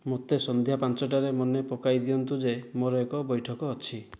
ମୋତେ ସନ୍ଧ୍ୟା ପାଞ୍ଚଟାରେ ମନେ ପକାଇ ଦିଅନ୍ତୁ ଯେ ମୋର ଏକ ବୈଠକ ଅଛି